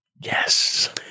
Yes